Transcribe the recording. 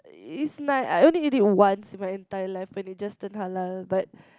is my I only eat it once in my entire like when it just turned halal but